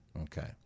Okay